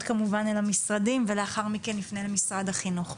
כמובן אל המשרדים ולאחר מכן נפנה למשרד החינוך.